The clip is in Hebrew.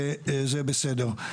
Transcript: זה בסדר.